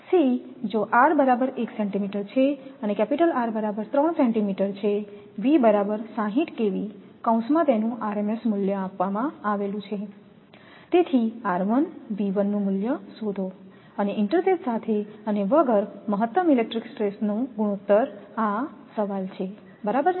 C જો r બરાબર 1 centimetre છે R બરાબર 3 સેન્ટિમીટર છે V બરાબર 60 kV કૌંસમાં તેનું rms મૂલ્ય આપવામાં આવેલું છે મૂલ્ય શોધો અને ઇન્ટરસેથ સાથે અને વગરમહત્તમ ઇલેક્ટ્રિક સ્ટ્રેસનો ગુણોત્તર આ સવાલ છે બરાબરને